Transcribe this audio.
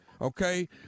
okay